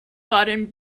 garden